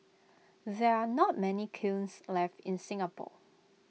there are not many kilns left in Singapore